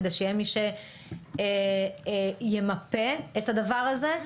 כדי שיהיה מי שימפה את הדבר הזה,